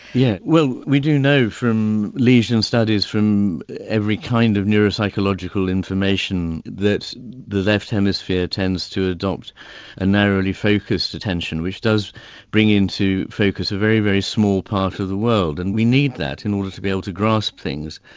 yeah well we do know from lesion studies from every kind of neuropsychological information that the left hemisphere tends to adopt a narrowly focused attention which does bring into focus a very, very small part of the world. and we need that in order to be able to grasp things,